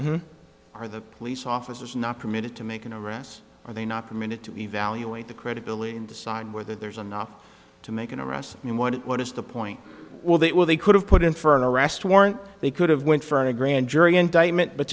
issue or the police officers are not permitted to make an arrest are they not permitted to evaluate the credibility and decide whether there's enough to make an arrest and what what is the point well that well they could have put in for an arrest warrant they could have went for a grand jury indictment but